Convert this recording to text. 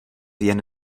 jen